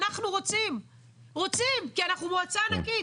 אנחנו רוצים כי אנחנו מועצה ענקית.